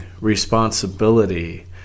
responsibility